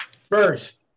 First